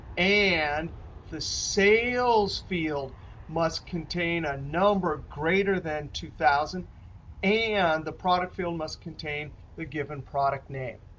and the sales field must contain a number greater than two thousand and the product field must contain the given product name.